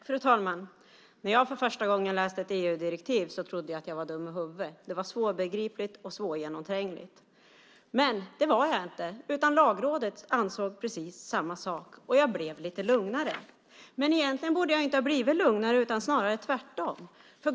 Fru talman! När jag för första gången läste ett EU-direktiv trodde jag att jag var dum i huvudet, det var svårbegripligt och svårgenomträngligt. Men det var jag inte, utan Lagrådet ansåg precis samma sak, och jag blev lite lugnare. Men egentligen borde jag inte ha blivit lugnare utan snarare tvärtom.